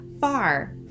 far